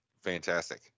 fantastic